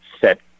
set